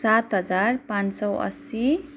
सात जार पाँच सय अस्सी